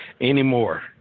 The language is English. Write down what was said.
anymore